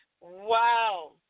Wow